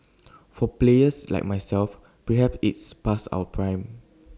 for players like myself perhaps it's past our prime